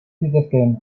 zitezkeen